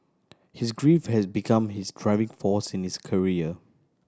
his grief has become his driving force in his career